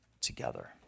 together